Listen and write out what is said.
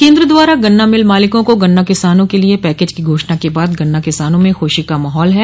केन्द्र द्वारा गन्ना मिल मालिकों को गन्ना किसानों के लिए पैकेज की घोषणा के बाद गन्ना किसानों में खशी का माहौल है